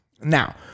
Now